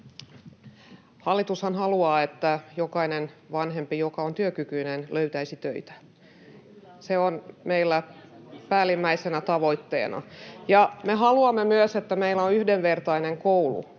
Hallitushan haluaa, että jokainen vanhempi, joka on työkykyinen, löytäisi töitä. Se on meillä päällimmäisenä tavoitteena. Ja me haluamme myös, että meillä on yhdenvertainen koulu,